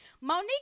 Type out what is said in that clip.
Monique